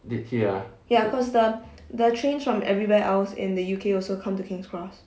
ya because the the trains from everywhere else in the U_K also come to king's cross